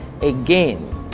again